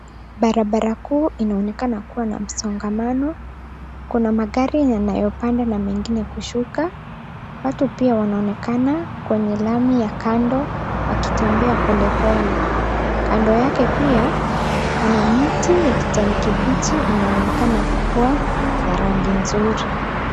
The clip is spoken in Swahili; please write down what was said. Barabara kuu inaonekana kua na msongamano. Kuna magari yanayopanda na mengine kushuka. Watu pia wanaonekana kwenye lami ya kando wakitembea pole pole. Kando yake pia pana miti ya kijani kibichi, inaonekana kua ya rangi nzuri.